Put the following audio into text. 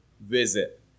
visit